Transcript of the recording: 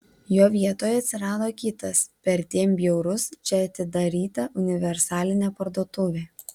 jo vietoje atsirado kitas perdėm bjaurus čia atidaryta universalinė parduotuvė